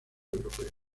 europeos